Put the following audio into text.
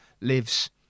lives